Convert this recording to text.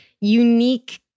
unique